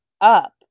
up